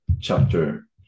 chapter